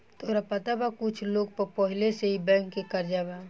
तोहरा पता बा कुछ लोग पर पहिले से ही बैंक के कर्जा बा